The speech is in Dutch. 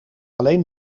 alleen